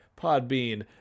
Podbean